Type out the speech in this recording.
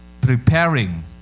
preparing